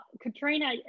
Katrina